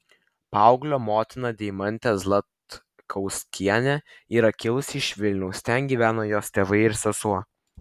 paauglio motina deimantė zlatkauskienė yra kilusi iš vilniaus ten gyvena jos tėvai ir sesuo